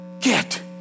get